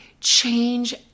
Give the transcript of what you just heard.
change